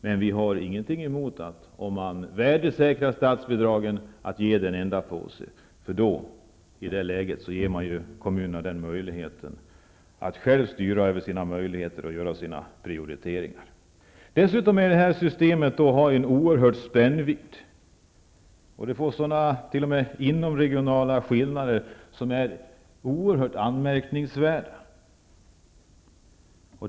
Men vi har inget emot att om statsbidragen värdesäkras i stället ge dem samlat i en enda påse. I det läget ges kommunerna möjligheten att själva styra och prioritera. Det här systemet har en oerhörd spännvidd. Det ger inomregionala skillnader som är oerhört anmärkningsvärda.